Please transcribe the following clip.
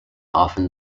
often